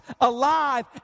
alive